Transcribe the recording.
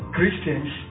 Christians